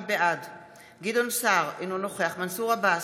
בעד גדעון סער, אינו נוכח מנסור עבאס,